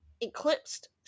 Eclipsed